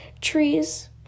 trees